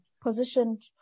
positioned